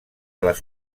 les